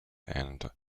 and